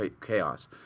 chaos